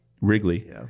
Wrigley